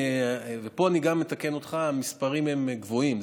ופה אני גם אתקן אותך: המספרים הם גבוהים,